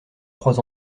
trois